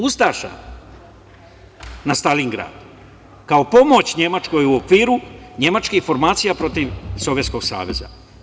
Ustaša na Staljingrad, kao pomoć Nemačkoj u okviru nemačkih informacija protiv Sovjetskog Saveza.